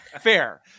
Fair